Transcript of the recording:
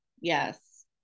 Yes